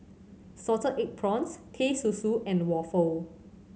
salted egg prawns Teh Susu and waffle